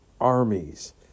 armies